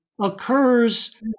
occurs